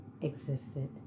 existed